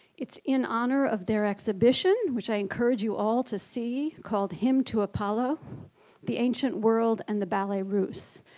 it's in honor of their exhibition which i encourage you all to see called hymn to apollo the ancient world and the ballet russe.